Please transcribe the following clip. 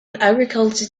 agriculture